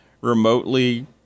remotely